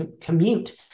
commute